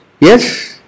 Yes